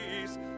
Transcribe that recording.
peace